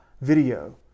video